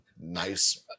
nice